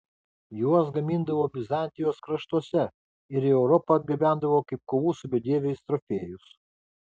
juos gamindavo bizantijos kraštuose ir į europą atgabendavo kaip kovų su bedieviais trofėjus